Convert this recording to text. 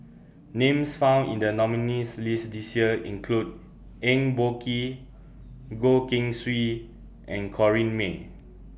Names found in The nominees' list This Year include Eng Boh Kee Goh Keng Swee and Corrinne May